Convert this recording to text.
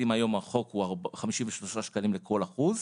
אם היום החוק הוא 53 שקלים לכל אחוז,